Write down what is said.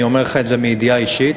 אני אומר לך את זה מידיעה אישית,